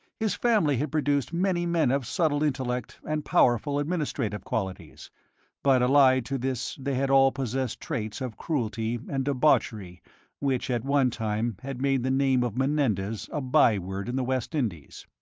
his family had produced many men of subtle intellect and powerful administrative qualities but allied to this they had all possessed traits of cruelty and debauchery which at one time had made the name of menendez a by-word in the west indies.